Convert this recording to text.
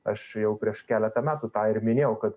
aš jau prieš keletą metų tą ir minėjau kad